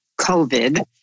COVID